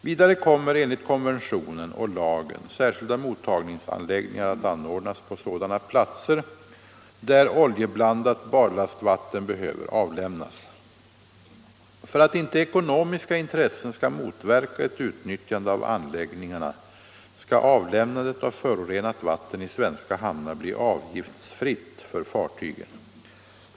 Vidare kommer enligt konventionen och lagen särskilda mottagningsanläggningar att anordnas på sådana platser där oljeblandat barlastvatten behöver avlämnas. För att inte ekonomiska intressen skall motverka ett utnyttjande av anläggningarna skall avlämnandet av förorenat vatten i svenska hamnar bli avgiftsfritt för fartygen.